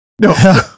no